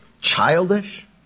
childish